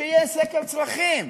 שיהיה סקר צרכים,